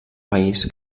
país